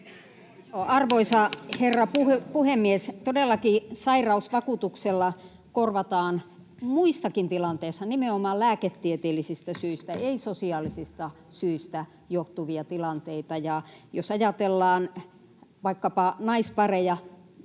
Arvoisa herra puhemies! Todellakin sairausvakuutuksella korvataan muissakin tilanteissa nimenomaan lääketieteellisistä syistä, ei sosiaalisista syistä johtuvia tilanteita. Jos ajatellaan vaikkapa naispareja,